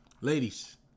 Ladies